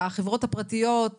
החברות הפרטיות,